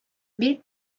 bir